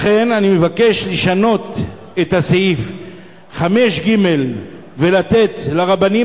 לכן אני מבקש לשנות את סעיף 5(ג) ולתת לרבנים